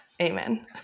Amen